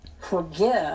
forgive